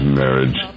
marriage